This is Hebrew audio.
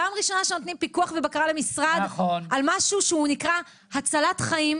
פעם ראשונה שנותנים פיקוח ובקרה למשרד על משהו שהוא נקרא הצלת חיים,